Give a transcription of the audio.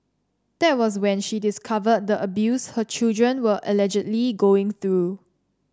that was when she discovered the abuse her children were allegedly going through